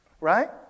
Right